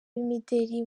b’imideli